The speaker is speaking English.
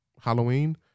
Halloween